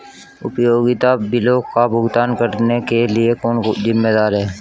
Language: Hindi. उपयोगिता बिलों का भुगतान करने के लिए कौन जिम्मेदार है?